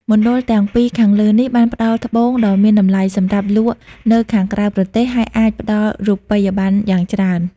មណ្ដលទាំងពីរខាងលើនេះ បានផ្ដល់ត្បូងដ៏មានតំលៃសម្រាប់លក់ទៅខាងក្រៅប្រទេស ហើយអាចផ្ដល់រូបិយប័ណ្ណយ៉ាងច្រើន។